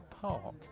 Park